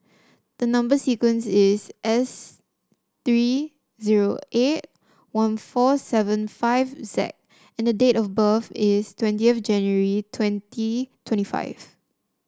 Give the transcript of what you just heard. the number sequence is S three zero eight one four seven five Z and the date of birth is twentieth January twenty twenty five